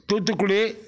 Thoothukudi